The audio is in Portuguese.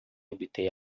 obter